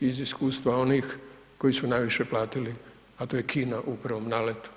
iz iskustva onih koji su najviše platili, a to je Kina u prvom naletu.